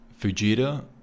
Fujita